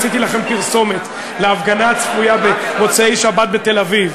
עשיתי לכם פרסומת להפגנה הצפויה במוצאי-שבת בתל-אביב.